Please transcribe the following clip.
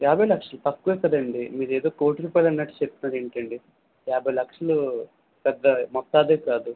యాభై లక్షలు తక్కువే కదండి మీరు ఏదో కోటి రూపాయలు అన్నట్టు చెప్తున్నారు ఏంటండి యాభై లక్షలు పెద్ద మొత్తమే కాదు